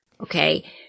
Okay